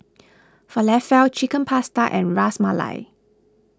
Falafel Chicken Pasta and Ras Malai